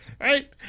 Right